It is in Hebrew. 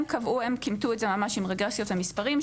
הם כימתו את זה ממש עם רגרסיות למספרים,